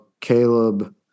Caleb